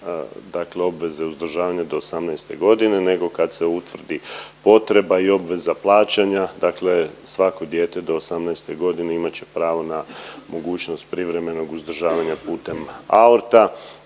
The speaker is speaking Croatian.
dakle obveze uzdržavanja do 18. g. nego kad se utvrdi potreba i obveza plaćanja, dakle svako dijete do 18. g. imat će pravo na mogućnost privremenog uzdržavanja putem AORT-a